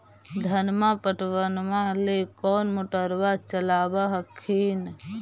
धनमा पटबनमा ले कौन मोटरबा चलाबा हखिन?